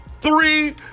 three